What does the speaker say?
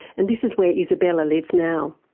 and this is where isabella lives now.